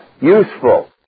useful